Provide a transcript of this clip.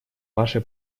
ваше